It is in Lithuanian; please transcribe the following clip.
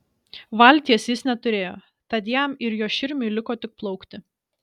valties jis neturėjo tad jam ir jo širmiui liko tik plaukti